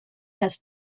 has